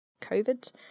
COVID